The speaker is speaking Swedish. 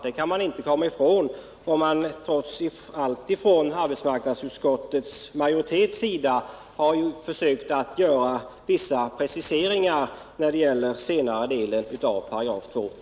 Det kan man inte komma ifrån, även om arbetsmarknadsutskottets majoritet har försökt göra vissa preciseringar när det gäller den senare delen av 2 §.